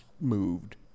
moved